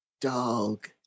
dog